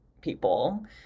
people